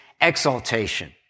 exaltation